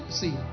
see